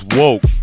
woke